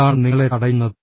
എന്താണ് നിങ്ങളെ തടയുന്നത്